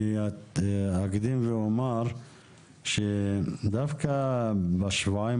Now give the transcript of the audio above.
אני אקדים ואומר שדווקא בשבועיים